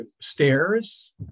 stairs